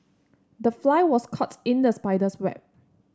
the fly was caught in the spider's web